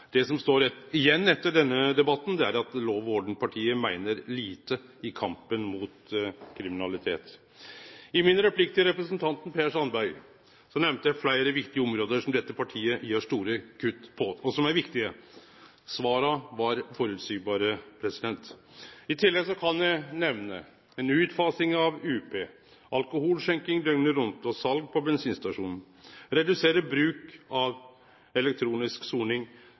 Det som står igjen etter denne debatten, er at lov-orden-partiet meiner lite i kampen mot kriminalitet. I min replikk til representanten Per Sandberg nemnde eg fleire viktige område som dette partiet gjer store kutt på. Svara var føreseielege. I tillegg kan eg nemne: ei utfasing av UP, alkoholskjenking døgnet rundt og sal av alkohol på bensinstasjonar, at ein vil redusere bruken av elektronisk soning,